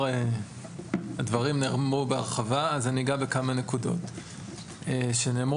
הדברים נאמרו בהרחבה, אני אגע בכמה נקודות שנאמרו.